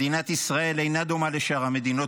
מדינת ישראל אינה דומה לשאר המדינות